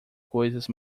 coisas